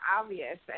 obvious